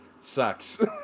sucks